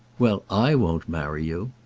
well, i won't marry you!